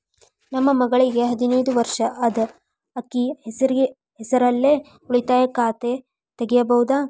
ನನ್ನ ಮಗಳಿಗೆ ಹದಿನೈದು ವರ್ಷ ಅದ ಅಕ್ಕಿ ಹೆಸರಲ್ಲೇ ಉಳಿತಾಯ ಖಾತೆ ತೆಗೆಯಬಹುದಾ?